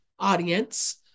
audience